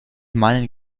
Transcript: meinen